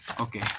Okay